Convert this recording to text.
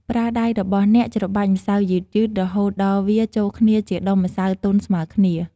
ប្រើដៃរបស់អ្នកច្របាច់ម្សៅយឺតៗ រហូតដល់វាចូលគ្នាជាដុំម្សៅទន់ស្មើគ្នា។